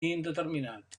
indeterminat